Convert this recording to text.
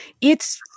It's-